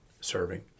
serving